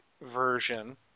version